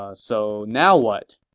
ah so now what?